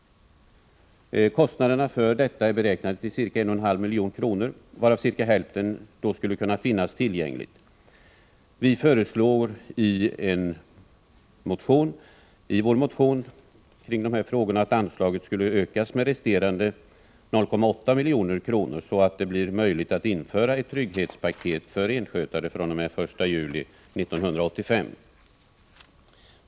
Kostnaderna för detta är beräknade till ca 1,5 milj.kr., varav ungefär hälften redan finns tillgänglig. Folkpartiet föreslår i vår motion i dessa frågor att anslaget ökas med resterande 0,8 milj.kr., så att det blir möjligt att införa ett trygghetspaket för renskötare fr.o.m. den 1 juli 1985.